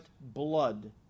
blood